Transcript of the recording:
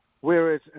whereas